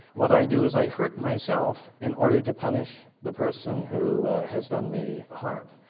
what i do is i hurt myself in order to punish the person who has done me harm,